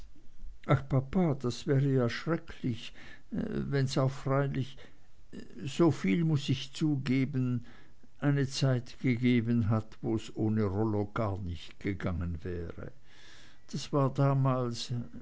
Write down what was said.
ach papa das wäre ja schrecklich wenn's auch freilich soviel muß ich zugeben eine zeit gegeben hat wo's ohne rollo gar nicht gegangen wäre das war damals